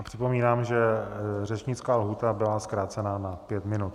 A připomínám, že řečnická lhůta byla zkrácena na pět minut.